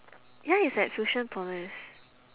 ya it's at fusionopolis